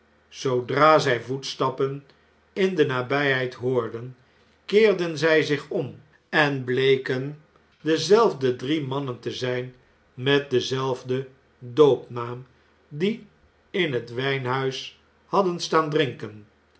zoodra zj voetstappen in de nabyheid hoorden keerden zfl zich om en bleken dezelfde drie mannen te zp met denzelfden doopnaam die in het wphuis hadden staan drinken